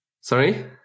sorry